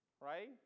right